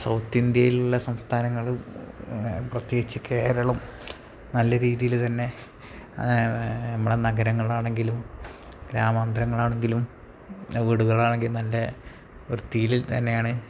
സൗത്തിന്ത്യയിലുള്ള സംസ്ഥാനങ്ങളിൽ പ്രത്യേകിച്ച് കേരളം നല്ല രീതിയില് തന്നെ നമ്മുടെ നഗരങ്ങളിലാണെങ്കിലും ഗ്രാമാന്തരങ്ങളാണെങ്കിലും വീടുകളാണെങ്കിലും നല്ല വൃത്തിയില് തന്നെയാണ്